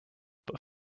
but